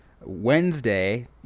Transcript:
Wednesday